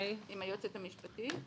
עם היועצת המשפטית,